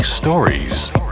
Stories